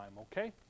okay